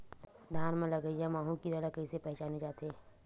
धान म लगईया माहु कीरा ल कइसे पहचाने जाथे?